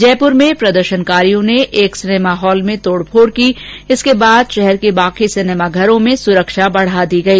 जयपुर में प्रदर्शनकारियों ने एक सिनेमा में तोड़ फोड़ की जिसके बाद शहर के सभी बाकी सिनेमाघरों में सुरक्षा बढ़ा दी गई